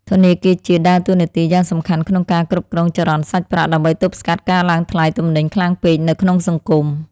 ធនាគារជាតិដើរតួនាទីយ៉ាងសំខាន់ក្នុងការគ្រប់គ្រងចរន្តសាច់ប្រាក់ ដើម្បីទប់ស្កាត់ការឡើងថ្លៃទំនិញខ្លាំងពេកនៅក្នុងសង្គម។